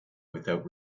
without